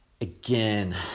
Again